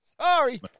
sorry